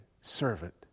servant